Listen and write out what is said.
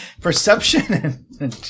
perception